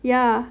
yeah